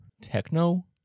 techno